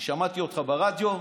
אני שמעתי אותך ברדיו.